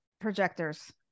Projectors